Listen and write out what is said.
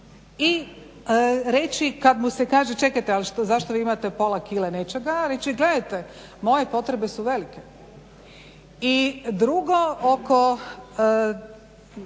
I reći kad mu se kaže čekajte, a zašto vi imate pola kg nečega reći gledajte moje potrebe su velike. I drugo, oko